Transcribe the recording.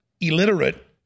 illiterate